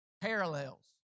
parallels